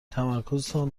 تمرکزتان